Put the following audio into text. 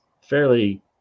fairly